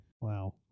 Wow